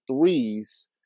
threes